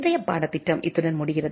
இன்றைய பாடத்திட்டம் இத்துடன் முடிகிறது